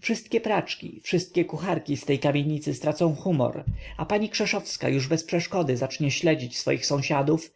wszystkie praczki wszystkie kucharki z tej kamienicy stracą humor a pani krzeszowska już bez przeszkody zacznie śledzić swoich sąsiadów